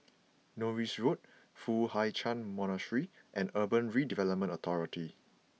Norris Road Foo Hai Ch'an Monastery and Urban Redevelopment Authority